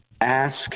ask